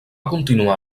continuar